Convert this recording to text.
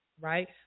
right